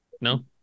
No